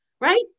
right